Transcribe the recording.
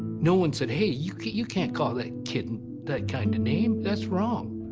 no one said, hey, you can't you can't call that kid that kind of name. that's wrong.